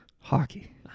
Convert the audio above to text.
Hockey